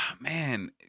man